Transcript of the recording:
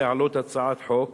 להעלות הצעת חוק.